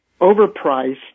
overpriced